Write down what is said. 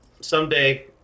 Someday